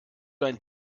dein